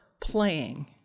playing